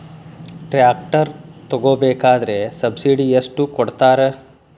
Tractor ತಗೋಬೇಕಾದ್ರೆ subsidy ಎಷ್ಟು ಕೊಡ್ತಾರ?